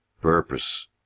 purpose